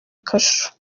kasho